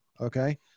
okay